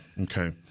Okay